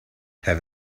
have